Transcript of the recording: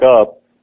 up